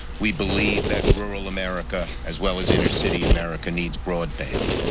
we believe that rural america as well as inner city america needs broadband.